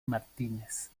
martínez